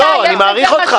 לא, אני מעריך אותך.